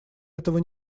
этого